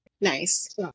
nice